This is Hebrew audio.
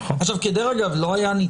לא, אמרנו את זה.